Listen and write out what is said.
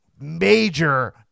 major